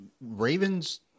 Ravens